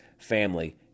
family